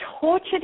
tortured